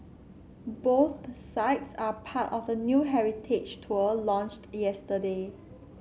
both sites are part of a new heritage tour launched yesterday